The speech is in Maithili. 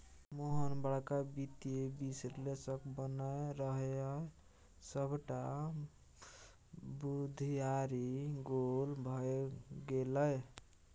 मोहन बड़का वित्तीय विश्लेषक बनय रहय सभटा बुघियारी गोल भए गेलै